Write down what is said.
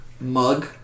mug